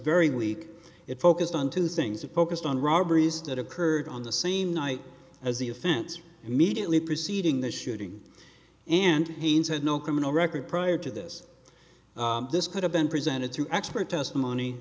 very weak it focused on two things have focused on robberies that occurred on the same night as the offense immediately preceding the shooting and pains had no criminal record prior to this this could have been presented to expert testimony